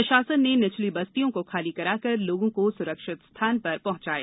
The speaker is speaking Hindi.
प्रशासन ने निचली बस्तियों को खाली कराकर लोगों को सुरक्षित स्थान पर पहुंचाया